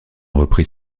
reprit